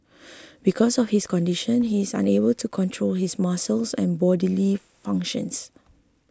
because of his condition he is unable to control his muscles and bodily functions